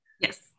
Yes